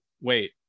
wait